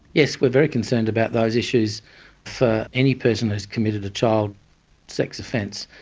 yes, we're very concerned about those issues for any person who's committed a child sex offence.